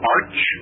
Arch